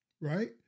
right